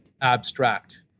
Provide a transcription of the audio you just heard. abstract